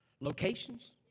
locations